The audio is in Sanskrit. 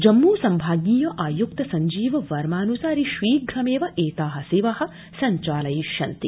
जम्मू संभागीय आयुक्त संजीव वर्मान्सारि शीघ्रमेव एता सेवा संचालयिष्यन्ति